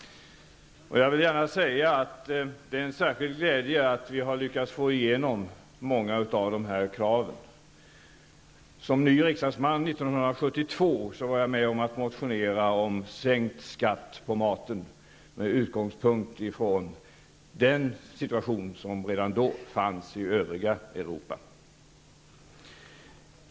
Jag vill gärna säga att det är en särskild glädje att vi har lyckats få igenom många av de här kraven. Som ny riksdagsman 1972 var jag med om att motionera om sänkt skatt på maten, med utgångspunkt i den situation som redan då förelåg i övriga Europa.